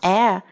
Air